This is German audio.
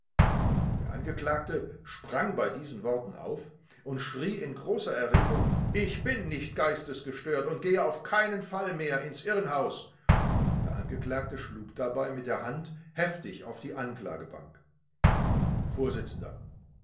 der angeklagte sprang bei diesen worten auf und schrie in großer erregung ich bin nicht geistesgestört und gehe auf keinen fall mehr ins irrenhaus der angeklagte schlug dabei mit der hand heftig auf die anklagebank